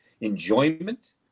enjoyment